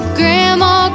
grandma